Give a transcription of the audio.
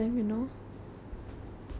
you don't like cats is it